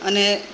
અને